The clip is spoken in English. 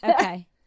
Okay